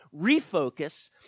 refocus